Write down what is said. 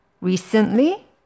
Recently